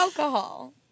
Alcohol